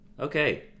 Okay